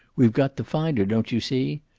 we've got to find her, don't you see?